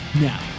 Now